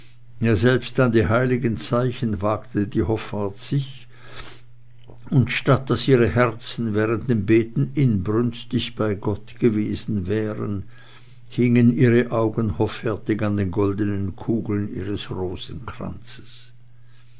ja selbst an die heiligen zeichen wagte die hoffart sich und statt daß ihre herzen während dem beten inbrünstig bei gott gewesen wären hingen ihre augen hoffärtig an den goldenen kugeln ihres rosenkranzes